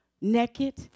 naked